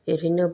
एरैनो